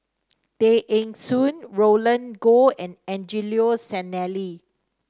Tay Eng Soon Roland Goh and Angelo Sanelli